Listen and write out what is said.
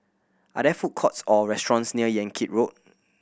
are there food courts or restaurants near Yan Kit Road